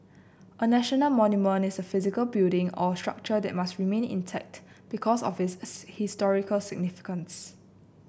a national monument is a physical building or structure that must remain intact because of its its historical significance